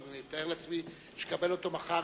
אני מתאר לעצמי שנקבל אותו מחר.